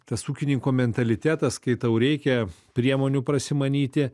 tas ūkininko mentalitetas kai tau reikia priemonių prasimanyti